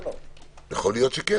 יכול להיות שכן.